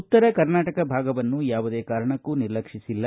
ಉತ್ತರ ಕರ್ನಾಟಕ ಭಾಗವನ್ನು ಯಾವುದೇ ಕಾರಣಕ್ಕೂ ನಿರ್ಲಕ್ಷಿಸಿಲ್ಲ